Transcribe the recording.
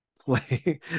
play